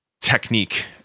technique